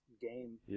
game